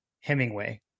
Hemingway